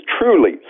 truly